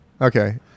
Okay